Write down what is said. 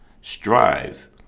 Strive